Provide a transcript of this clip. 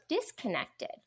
disconnected